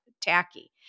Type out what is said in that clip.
tacky